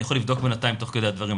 אני יכול לבדוק בינתיים תוך כדי הדברים,